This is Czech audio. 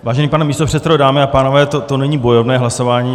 Vážený pane místopředsedo, dámy a pánové, to není bojovné hlasování.